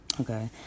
Okay